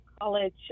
college